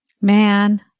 Man